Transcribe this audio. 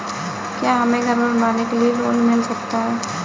क्या हमें घर बनवाने के लिए लोन मिल सकता है?